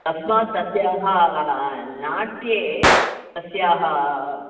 तस्मात् तस्याः नाट्ये तस्याः